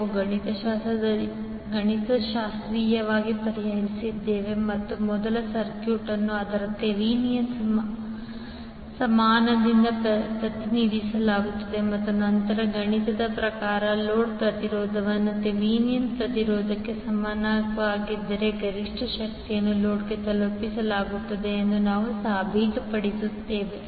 ನಾವು ಗಣಿತಶಾಸ್ತ್ರೀಯವಾಗಿ ಪರಿಹರಿಸಿದ್ದೇವೆ ಮತ್ತು ಮೊದಲನೆಯ ಸರ್ಕ್ಯೂಟ್ ಅನ್ನು ಅದರ ಥೆವೆನಿನ್ ಸಮಾನದಿಂದ ಪ್ರತಿನಿಧಿಸಲಾಗುತ್ತದೆ ಮತ್ತು ನಂತರ ಗಣಿತದ ಪ್ರಕಾರ ಲೋಡ್ ಪ್ರತಿರೋಧವು ಥೆವೆನಿನ್ ಪ್ರತಿರೋಧಕ್ಕೆ ಸಮನಾಗಿದ್ದರೆ ಗರಿಷ್ಠ ಶಕ್ತಿಯನ್ನು ಲೋಡ್ಗೆ ತಲುಪಿಸಲಾಗುತ್ತದೆ ಎಂದು ನಾವು ಸಾಬೀತುಪಡಿಸುತ್ತೇವೆ